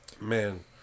Man